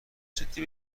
جدی